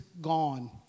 gone